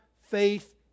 faith